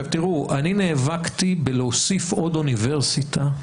אני נאבקתי בלהוסיף עוד אוניברסיטה,